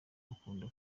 bakunda